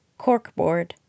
Corkboard